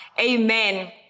Amen